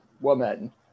woman